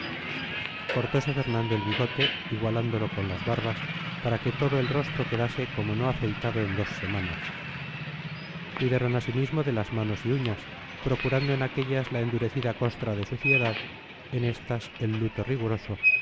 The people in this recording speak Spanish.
cortose fernando el bigote igualándolo con las barbas para que todo el rostro quedase como no afeitado en dos semanas cuidaron asimismo de las manos y uñas procurando en aquellas la endurecida costra de suciedad en estas el luto riguroso